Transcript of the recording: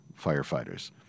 firefighters